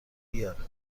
بیاره